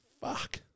fuck